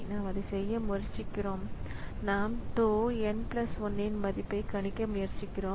நாம் அதைச் செய்ய முயற்சிக்கிறோம் நாம் tau n 1 இன் மதிப்பைக் கணிக்க முயற்சிக்கிறோம்